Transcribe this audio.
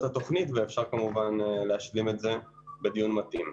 התוכנית ואפשר כמובן להשלים את זה בדיון מתאים.